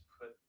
put